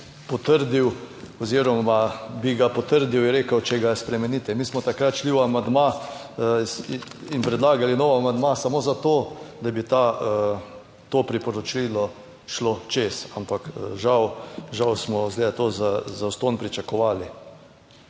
potrdil oziroma bi ga potrdil, je rekel, če ga spremenite. Mi smo takrat šli v amandma in predlagali nov amandma samo zato, da bi to priporočilo šlo čez, ampak žal, žal smo, izgleda, to zastonj pričakovali.